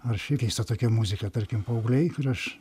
ar ši keista tokia muzika tarkim paaugliai ir aš